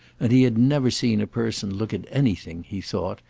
and he had never seen a person look at anything, he thought,